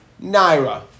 Naira